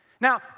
Now